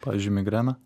pavyzdžiui migrena